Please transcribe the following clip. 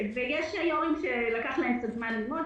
יש יו"רים שלקח להם קצת יותר זמן ללמוד